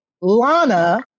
Lana